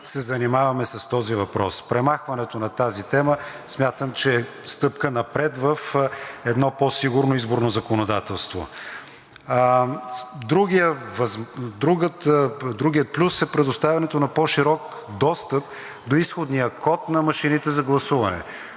се занимаваме с този въпрос. Премахването на тази тема смятам, че е стъпка напред в едно по-сигурно изборно законодателство. Другият плюс е предоставянето на по-широк достъп до изходния код на машините за гласуване.